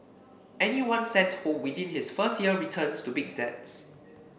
anyone sent home within his first year returns to big debts